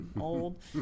old